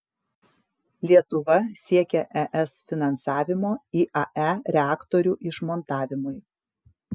lietuva siekia es finansavimo iae reaktorių išmontavimui